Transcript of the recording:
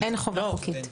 אין חובה חוקית.